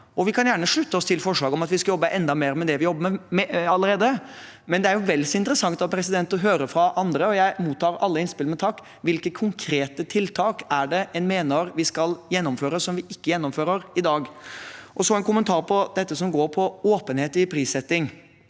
Vi kan gjerne slutte oss til forslaget om at vi skal jobbe enda mer med det vi allerede jobber med, men det er vel så interessant å høre fra andre, og jeg mottar alle innspill med takk, hvilke konkrete tiltak en mener vi skal gjennomføre, som vi ikke gjennomfører i dag. Så en kommentar til dette som gjelder åpenhet i prissetting.